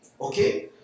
Okay